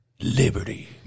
liberty